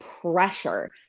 pressure